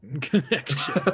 connection